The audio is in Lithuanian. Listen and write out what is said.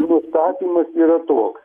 nustatymas yra toks